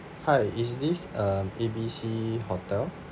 hi is this um A B C hotel